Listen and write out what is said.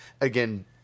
again